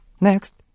Next